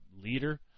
leader